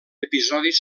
episodis